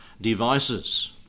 devices